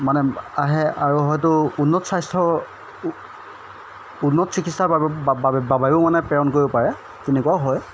মানে আহে আৰু হয়তো উন্নত স্বাস্থ্য উন্নত চিকিৎসাৰ বাবেও মানে প্ৰেৰণ কৰিব পাৰে তেনেকুৱাও হয়